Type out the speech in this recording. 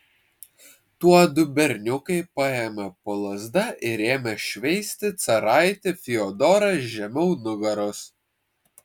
tuodu berniukai paėmė po lazdą ir ėmė šveisti caraitį fiodorą žemiau nugaros